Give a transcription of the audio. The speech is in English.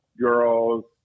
girls